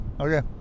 Okay